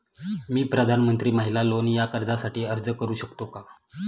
मी प्रधानमंत्री महिला लोन या कर्जासाठी अर्ज करू शकतो का?